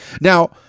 now